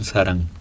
Sarang